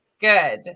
Good